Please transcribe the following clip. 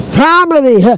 family